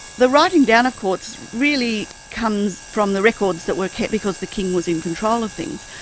the writing down of courts really comes from the records that were kept because the king was in control of things.